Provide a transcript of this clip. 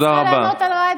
תודה רבה.